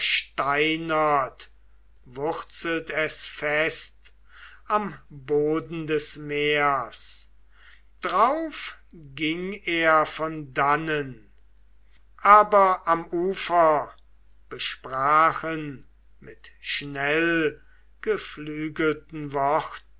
wurzelt es fest am boden des meers drauf ging er von dannen aber am ufer besprachen mit schnellgeflügelten